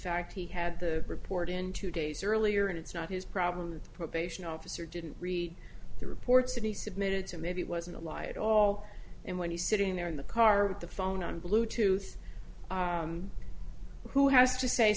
fact he had the report in two days earlier and it's not his problem the probation officer didn't read the reports that he submitted to maybe it wasn't a lie at all and when he's sitting there in the car with the phone on bluetooth who has to say